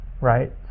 Right